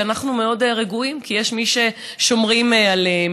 ואנחנו רגועים מאוד כי יש מי ששומרים עליהם.